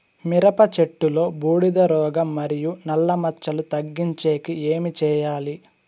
మిరప చెట్టులో బూడిద రోగం మరియు నల్ల మచ్చలు తగ్గించేకి ఏమి చేయాలి?